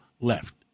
left